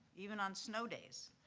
even on snow days.